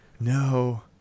no